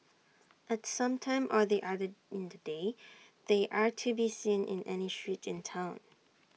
at some time or the other in the day they are to be seen in any street in Town